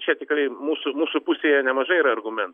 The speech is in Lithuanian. čia tikrai mūsų mūsų pusėje nemažai yra argumentų